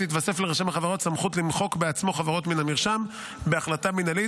תתווסף לרשם החברות סמכות למחוק בעצמו חברות מן המרשם בהחלטה מינהלית,